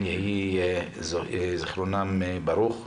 יהי זכרם ברוך.